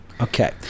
Okay